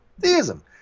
theism